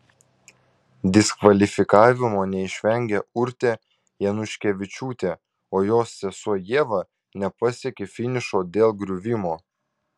diskvalifikavimo neišvengė urtė januškevičiūtė o jos sesuo ieva nepasiekė finišo dėl griuvimo